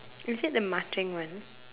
is it the marching one